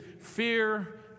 fear